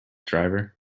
driver